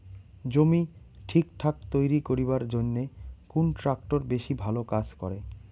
জমি ঠিকঠাক তৈরি করিবার জইন্যে কুন ট্রাক্টর বেশি ভালো কাজ করে?